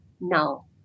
now